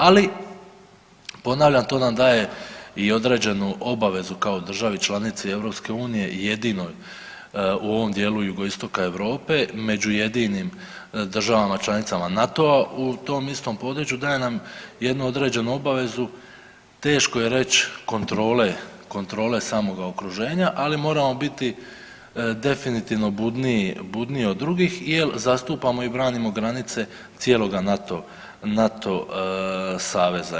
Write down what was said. Ali ponavljam, to nam daje i određenu obavezu kao državi članici EU i jedinoj u ovom dijelu Jugoistoka Europe, među jedinim državama članicama NATO-a u tom istom području daje nam jednu određenu obavezu, teško je reći kontrole, kontrole samoga okruženja, ali moramo biti definitivno budniji od drugih jel zastupamo i branimo granice cijeloga NATO saveza.